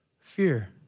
Fear